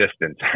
distance